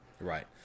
Right